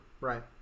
right